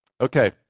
Okay